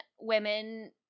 women